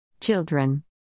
children